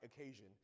occasion